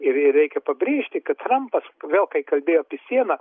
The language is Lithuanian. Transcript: ir ir reikia pabrėžti kad trampas vėl kai kalbėjo apie sieną